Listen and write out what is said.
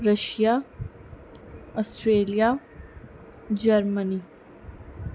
Russia Australia Germany